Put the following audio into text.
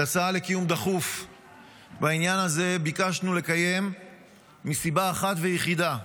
את ההצעה לדיון דחוף בעניין הזה ביקשנו לקיים מסיבה אחת ויחידה: